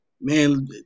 Man